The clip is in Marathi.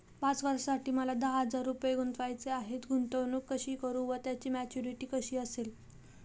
पाच वर्षांसाठी मला दहा हजार रुपये गुंतवायचे आहेत, गुंतवणूक कशी करु व त्याची मॅच्युरिटी कशी असेल?